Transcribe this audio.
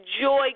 joy